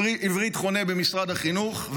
עברית חונה במשרד החינוך.